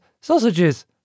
sausages